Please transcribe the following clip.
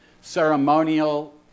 ceremonial